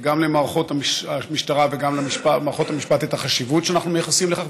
גם למערכות המשטרה וגם למערכות המשפט את החשיבות שאנחנו מייחסים לכך,